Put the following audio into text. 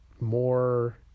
more